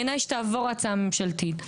בעיניי, שתעבור ההצעה הממשלתית.